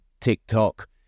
TikTok